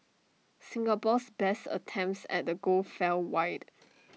Singapore's best attempts at the goal fell wide